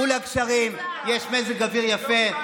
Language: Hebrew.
צאו לגשרים, יש מזג אוויר יפה.